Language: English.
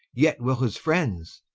yet will his friends,